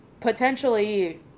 potentially